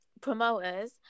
promoters